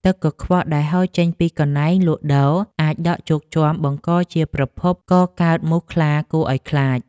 ទឹកកខ្វក់ដែលហូរចេញពីកន្លែងលក់ដូរអាចដក់ជោកជាំបង្កជាប្រភពកកើតមូសខ្លាគួរឱ្យខ្លាច។